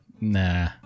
nah